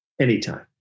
anytime